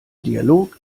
dialog